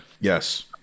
Yes